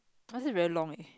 is it very long eh